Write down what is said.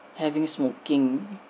having smoking